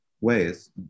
ways